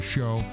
Show